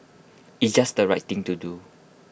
it's just right thing to do